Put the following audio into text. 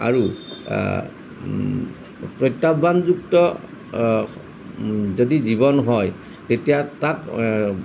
আৰু প্ৰত্যাহ্বানযুক্ত যদি জীৱন হয় তেতিয়া তাক